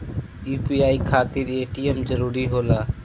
UPI खातिर ATM जरूरी होला?